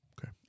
Okay